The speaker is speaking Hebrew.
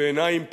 בעיניים פקוחות,